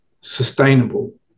sustainable